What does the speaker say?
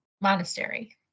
monastery